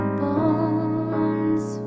bones